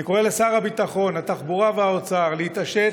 אני קורא לשרי הביטחון, התחבורה והאוצר להתעשת,